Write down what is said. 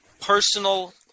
personal